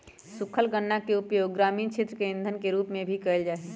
सूखल गन्ना के उपयोग ग्रामीण क्षेत्र में इंधन के रूप में भी कइल जाहई